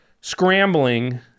scrambling